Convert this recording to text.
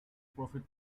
profit